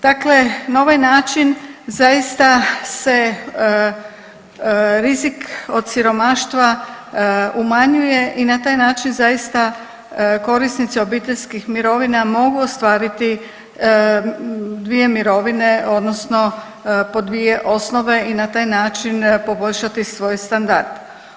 Dakle na ovaj način zaista se rizik od siromaštva umanjuje i na taj način zaista korisnici obiteljskih mirovina mogu ostvariti dvije mirovine odnosno po dvije osnove i na taj način poboljšati svoj standard.